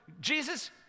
Jesus